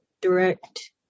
direct